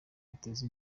duteza